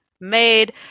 made